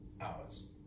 hours